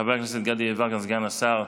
חבר הכנסת גדי יברקן, סגן השר,